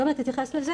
עוד מעט אתייחס לזה.